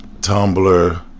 Tumblr